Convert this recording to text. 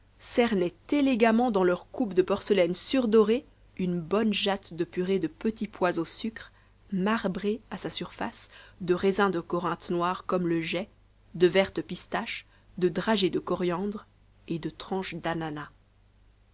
cernnient élégamment dans leurs coupes de porcelaine surdorée une bonne jatte de purée de petits pois au sucre marbrée a sa surface de raisins de corinthe noirs comme le jais de vertes pistaches de dragées de coriandre et de tranches d'ananas